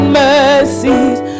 mercies